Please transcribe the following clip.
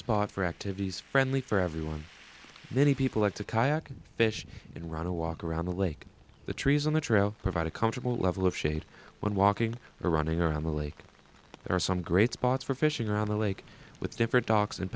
spot for activities friendly for everyone many people like to kayak fish and run a walk around the lake the trees on the trail provide a comfortable level of shade when walking or running around the lake there are some great spots for fishing around the lake with different docks and